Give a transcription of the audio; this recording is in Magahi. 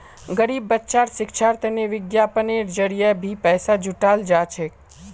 गरीब बच्चार शिक्षार तने विज्ञापनेर जरिये भी पैसा जुटाल जा छेक